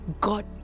God